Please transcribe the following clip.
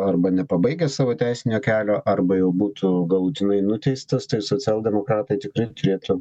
arba nepabaigęs savo teisinio kelio arba jau būtų galutinai nuteistas tai socialdemokratai tikrai turėtų